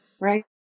Right